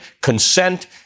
consent